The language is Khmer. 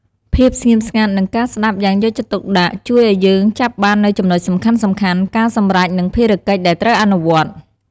ភាពស្ងៀមស្ងាត់ និងការស្តាប់យ៉ាងយកចិត្តទុកដាក់ជួយឲ្យយើងចាប់បាននូវចំណុចសំខាន់ៗ ការសម្រេច និងភារកិច្ចដែលត្រូវអនុវត្ត។